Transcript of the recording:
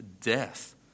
death